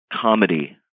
comedy